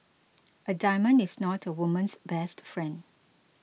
a diamond is not a woman's best friend